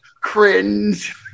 Cringe